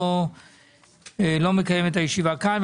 כשיש הצבעות במליאת הכנסת אני לא מקיים את הישיבה כאן.